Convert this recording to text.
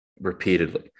repeatedly